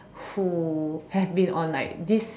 who have been on like this